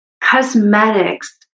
Cosmetics